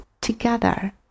together